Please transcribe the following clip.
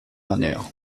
dernière